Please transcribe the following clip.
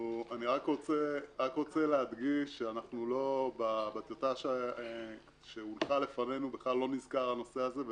אני רוצה להדגיש שבטיוטה שהונחה לפנינו בכלל לא נזכר הנושא הזה,